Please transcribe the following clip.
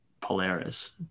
polaris